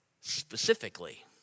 specifically